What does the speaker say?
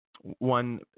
one